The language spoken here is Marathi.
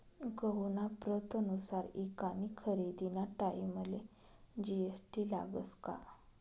गहूना प्रतनुसार ईकानी खरेदीना टाईमले जी.एस.टी लागस का?